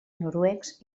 noruecs